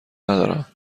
ندارم